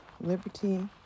liberty